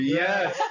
yes